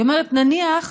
היא אומרת: נניח